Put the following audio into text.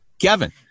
Kevin